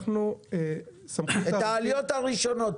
את העלויות הראשונות,